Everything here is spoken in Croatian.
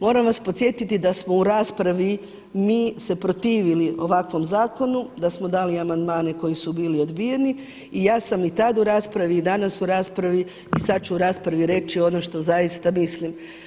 Moram vas podsjetiti da smo u raspravi mi se protivili ovakvom zakonu, da smo dali amandmane koji su bili odbijeni i ja sam i tada u raspravi i danas u raspravi i sada ću u raspravi reći ono što zaista mislim.